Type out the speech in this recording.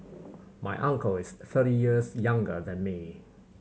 my uncle is thirty years younger than me